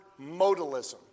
modalism